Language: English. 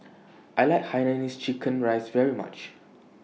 I like Hainanese Chicken Rice very much